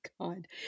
God